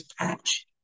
patch